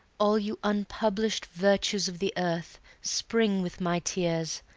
all you unpublish'd virtues of the earth, spring with my tears!